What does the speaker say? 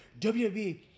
wwe